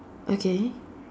okay